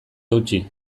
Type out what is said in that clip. eutsi